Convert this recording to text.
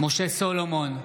משה סולומון,